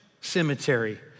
Cemetery